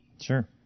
Sure